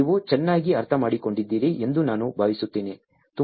ನೀವು ಚೆನ್ನಾಗಿ ಅರ್ಥಮಾಡಿಕೊಂಡಿದ್ದೀರಿ ಎಂದು ನಾನು ಭಾವಿಸುತ್ತೇನೆ